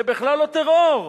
זה בכלל לא טרור.